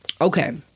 Okay